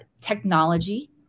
technology